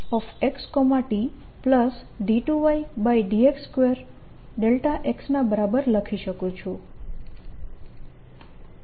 જેને હું ∂y∂xxt2yx2x ના બરાબર લખી શકું છું